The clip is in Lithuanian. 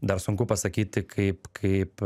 dar sunku pasakyti kaip kaip